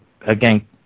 again